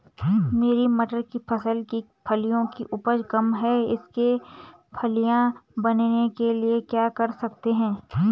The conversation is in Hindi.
मेरी मटर की फसल की फलियों की उपज कम है इसके फलियां बनने के लिए क्या कर सकते हैं?